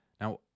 Now